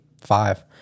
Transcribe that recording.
five